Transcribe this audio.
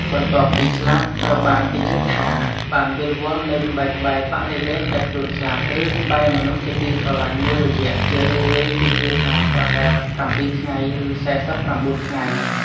បន្ទាប់ពីស្លាប់ត្រូវបានគេជឿថាបាន វិលវល់នៅក្បែរៗបរិវេណដែលខ្លួនស្លាប់ ឬក្បែរមនុស្សជាទីស្រឡាញ់មួយរយៈ ជារឿយៗគេជឿថាប្រហែល៧ថ្ងៃ ឬ៤៩ ថ្ងៃ។